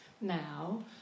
now